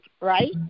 right